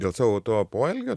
dėl savo to poelgio